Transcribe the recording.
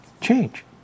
change